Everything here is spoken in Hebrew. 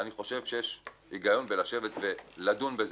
אני חושב שיש היגיון לדון על זה.